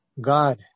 God